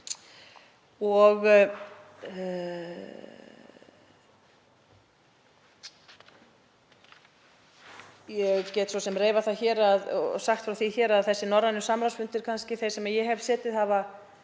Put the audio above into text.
Ég get svo sem reifað það hér og sagt frá því að þessir norrænu samráðsfundir, þeir sem ég hef setið, hafa